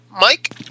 Mike